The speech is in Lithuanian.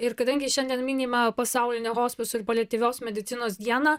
ir kadangi šiandien minima pasaulinė hospisų ir paliatyvios medicinos diena